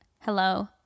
Hello